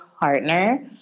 partner